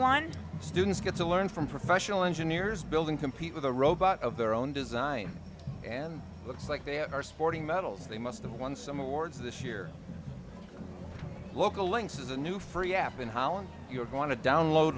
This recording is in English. one students get to learn from professional engineers building compete with a robot of their own design and looks like they are sporting that they must have won some awards this year local links is a new free app in holland you're going to download